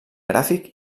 gràfic